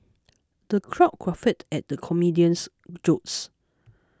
the crowd guffawed at the comedian's jokes